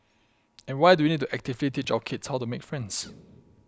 and why do we need to actively drop kids how to make friends